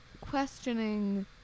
questioning